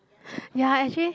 ya actually